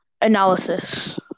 Analysis